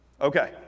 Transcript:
Okay